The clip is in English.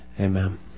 Amen